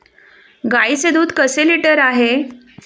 गाईचे दूध कसे लिटर आहे?